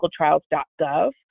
clinicaltrials.gov